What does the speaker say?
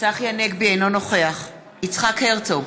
אינו נוכח יצחק הרצוג,